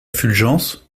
fulgence